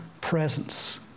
presence